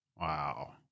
Wow